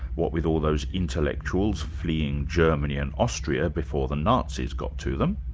what with all those intellectuals fleeing germany and australia before the nazis got to them.